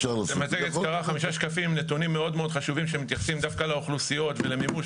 חמישה שקפים עם נתונים מאוד חשובים שמתייחסים דווקא לאוכלוסיות ולמימוש